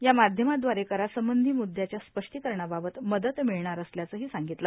या माध्यमाझरे करासंबंधी मुद्यांच्या स्पष्टीकरणाबाबत मदत मिळणार असल्याचं सांगितलं